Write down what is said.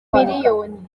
miliyoni